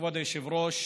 כבוד היושב-ראש,